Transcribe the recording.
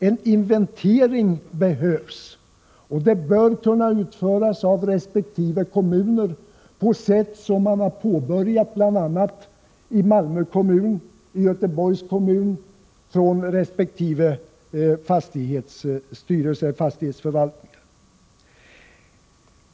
En inventering behövs, och den bör kunna utföras av resp. kommun på det sätt som bl.a. har påbörjats av fastighetsförvaltningarna i Malmö och Göteborgs kommuner.